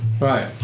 right